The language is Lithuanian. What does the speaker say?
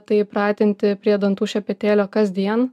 tai pratinti prie dantų šepetėlio kasdien